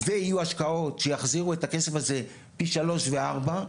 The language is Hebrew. ויהיו השקעות שיחזירו את הכסף הזה פי שלוש וארבע,